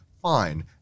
fine